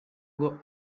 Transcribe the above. ngo